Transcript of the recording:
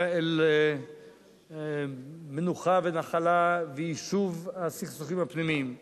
אל המנוחה והנחלה ויישוב הסכסוכים הפנימיים.